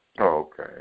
Okay